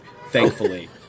thankfully